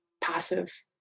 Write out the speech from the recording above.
passive